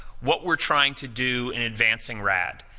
what we're trying to do in advancing rad.